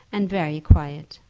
and very quiet.